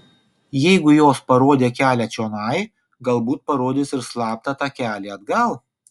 jeigu jos parodė kelią čionai galbūt parodys ir slaptą takelį atgal